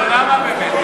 לא, למה באמת?